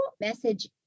message